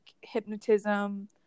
hypnotism